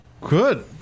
good